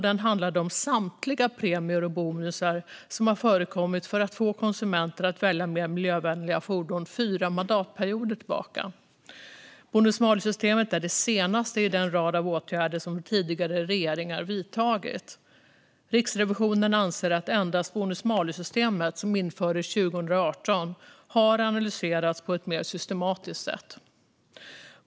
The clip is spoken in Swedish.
Den handlade om samtliga premier och bonusar som har förekommit, fyra mandatperioder tillbaka, för att få konsumenter att välja mer miljövänliga fordon. Bonus-malus-systemet är det senaste i den rad av åtgärder som tidigare regeringar vidtagit. Riksrevisionen anser att endast bonus-malus-systemet, som infördes 2018, har analyserats på ett mer systematiskt sätt.